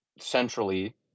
centrally